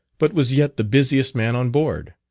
but was yet the busiest man on board.